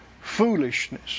foolishness